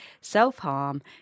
self-harm